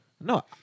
No